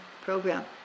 program